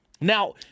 Now